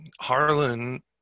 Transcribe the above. Harlan